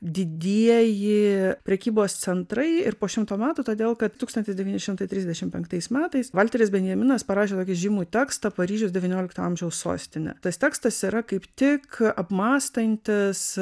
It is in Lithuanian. didieji prekybos centrai ir po šimto metų todėl kad tūkstantis devyni šimtai trisdešimt penktais metais valteris benjaminas parašė tokį žymų tekstą paryžius devyniolikto amžiaus sostinė tas tekstas yra kaip tik apmąstantis